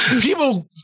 people